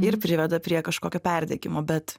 ir priveda prie kažkokio perdegimo bet